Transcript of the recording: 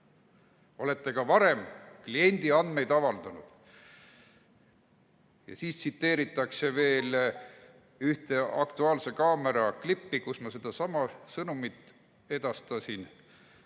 "Olete ka varem kliendi andmeid avaldanud." Ja siis tsiteeritakse veel ühte "Aktuaalse kaamera" klippi, kus ma sedasama sõnumit edastasin,